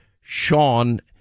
Sean